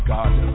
God